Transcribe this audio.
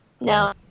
No